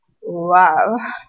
Wow